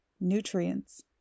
nutrients